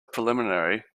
preliminary